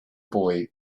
boy